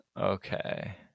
Okay